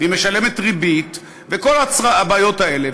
והיא משלמת ריבית וכל הבעיות האלה.